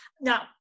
now